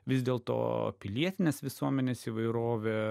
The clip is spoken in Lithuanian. vis dėlto pilietinės visuomenės įvairovė